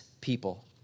people